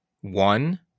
one